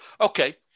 okay